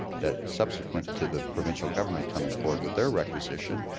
that subsequent to the provincial government coming forward with their requisition,